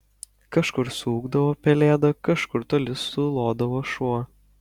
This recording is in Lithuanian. kažkur suūkdavo pelėda kažkur toli sulodavo šuo